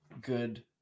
good